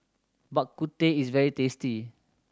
Bak Kut Teh is very tasty